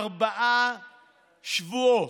ארבעה שבועות,